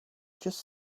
just